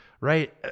right